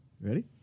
Ready